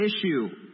issue